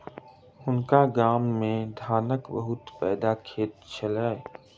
हुनका गाम मे धानक बहुत पैघ खेत छैन